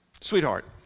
sweetheart